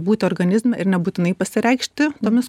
būti organizme ir nebūtinai pasireikšti tomis